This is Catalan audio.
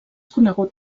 conegut